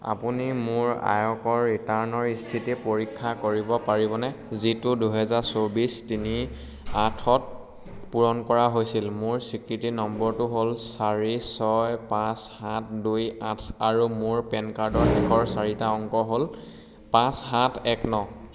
আপুনি মোৰ আয়কৰ ৰিটাৰ্ণৰ স্থিতি পৰীক্ষা কৰিব পাৰিবনে যিটো দুহেজাৰ চৌবিছ তিনি আঠত পূৰণ কৰা হৈছিল মোৰ স্বীকৃতি নম্বৰটো হ'ল চাৰি ছয় পাঁচ সাত দুই আঠ আৰু মোৰ পেন কাৰ্ডৰ শেষৰ চাৰিটা অংক হ'ল পাঁচ সাত এক ন